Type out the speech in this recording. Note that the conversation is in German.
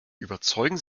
überzeugen